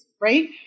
right